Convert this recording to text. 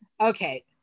Okay